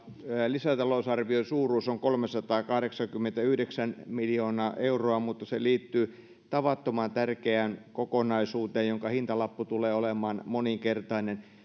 lisätalousarvion suuruus on kolmesataakahdeksankymmentäyhdeksän miljoonaa euroa mutta se liittyy tavattoman tärkeään kokonaisuuteen jonka hintalappu tulee olemaan moninkertainen